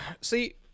See